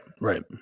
right